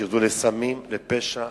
שירדו לסמים, לפשע?